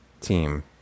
team